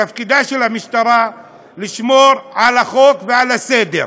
תפקידה של המשטרה לשמור על החוק ועל הסדר.